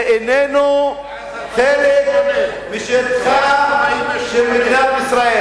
זה איננו חלק משטחה של מדינת ישראל.